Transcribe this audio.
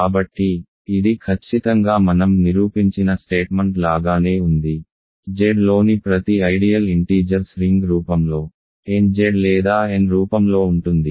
కాబట్టి ఇది ఖచ్చితంగా మనం నిరూపించిన ప్రకటన లాగానే ఉంది Z లోని ప్రతి ఐడియల్ ఇంటీజర్స్ రింగ్ రూపంలో nZ లేదా n రూపంలో ఉంటుంది